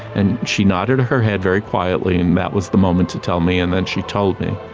and she nodded her head very quietly and that was the moment to tell me and then she told me.